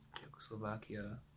Czechoslovakia